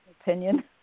opinion